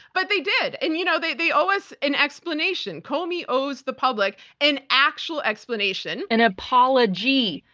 but they did. and you know they they owe us an explanation. comey owes the public an actual explanation. an apology.